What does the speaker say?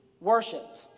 worshipped